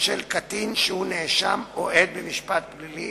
של קטין שהוא נאשם או עד במשפט פלילי